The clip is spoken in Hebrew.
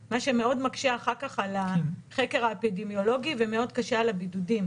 אחרת מבלי שיהיה מחקר קפדני שלכם בדיוק על הסוגיה הזו,